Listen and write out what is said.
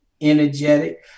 energetic